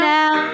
Now